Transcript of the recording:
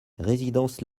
résidence